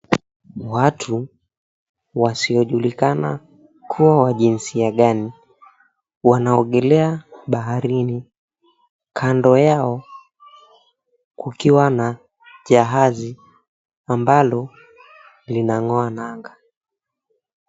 Watu wasiojulikana kuwa wa jinsia gani wanaogelea baharini kando yao kukiwa na jahazi ambalo linang'oa nanga.